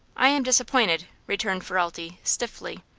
i am disappointed, returned ferralti, stiffly.